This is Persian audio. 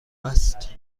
است